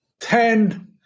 ten